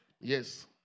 Yes